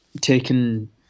taken